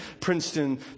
Princeton